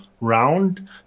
round